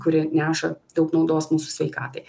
kuri neša daug naudos mūsų sveikatai